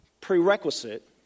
prerequisite